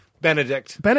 Benedict